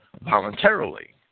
voluntarily